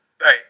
Right